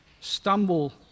stumble